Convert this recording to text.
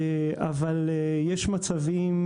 אבל יש מצבים,